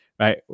Right